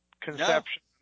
conception